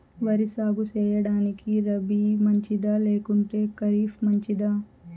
వరి సాగు సేయడానికి రబి మంచిదా లేకుంటే ఖరీఫ్ మంచిదా